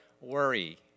worry